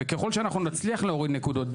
וככל שאנחנו נצליח להוריד נקודות,